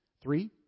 Three